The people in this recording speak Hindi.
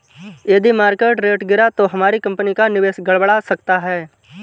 यदि मार्केट रेट गिरा तो हमारी कंपनी का निवेश गड़बड़ा सकता है